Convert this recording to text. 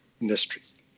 industries